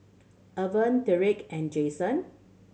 Evert Tyrek and Jasen